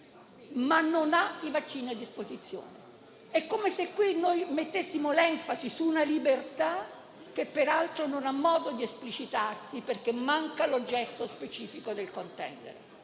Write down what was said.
ma non ha i vaccini a disposizione. È come se qui noi mettessimo l'enfasi su una libertà che peraltro non ha modo di esplicitarsi, perché manca l'oggetto specifico del contendere.